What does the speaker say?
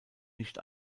nicht